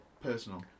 personal